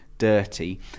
dirty